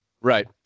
Right